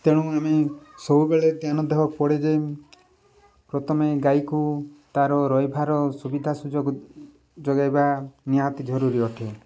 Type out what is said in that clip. ତେଣୁ ଆମେ ସବୁବେଳେ ଧ୍ୟାନ ଦେହକୁ ପଡ଼େ ଯେ ପ୍ରଥମେ ଗାଈକୁ ତା'ର ରହିବାର ସୁବିଧା ସୁଯୋଗ ଯୋଗାଇବା ନିହାତି ଜରୁରୀ ଅଟେ